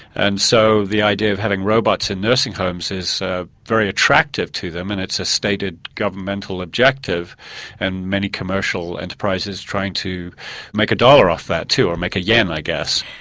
and so the idea of having robots in nursing homes is very attractive to them and it's a stated governmental objective and many commercial enterprises are trying to make a dollar off that too, or make a yen, i guess.